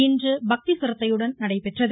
இன்று பக்தி சிரத்தையுடன் நடைபெற்றது